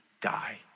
die